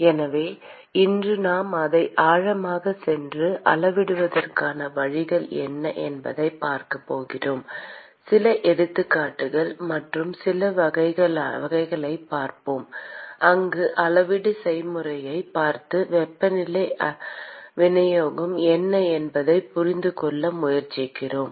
எனவே இன்று நாம் அதை ஆழமாகச் சென்று அளவிடுவதற்கான வழிகள் என்ன என்பதைப் பார்க்கப் போகிறோம் சில எடுத்துக்காட்டுகள் மற்றும் சில வகைகளைப் பார்க்கிறோம் அங்கு அளவீட்டு செயல்முறையைப் பார்த்து வெப்பநிலை விநியோகம் என்ன என்பதைப் புரிந்து கொள்ள முயற்சிக்கிறோம்